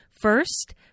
First